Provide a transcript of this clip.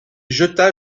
jeta